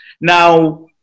Now